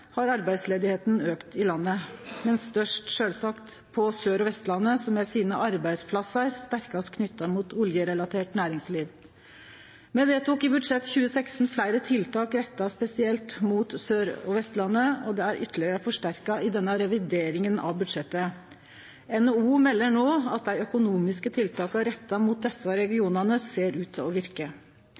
har arbeidsløysa i landet auka, men sjølvsagt mest på Sør- og Vestlandet, der arbeidsplassane er sterkast knytte til oljerelatert næringsliv. Me vedtok i budsjettet for 2016 fleire tiltak retta spesielt mot Sør- og Vestlandet, og dei er ytterlegare forsterka i denne revideringa av budsjettet. NHO melder no at dei økonomiske tiltaka retta mot desse regionane ser ut til å verke.